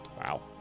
Wow